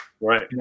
Right